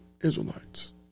Israelites